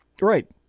Right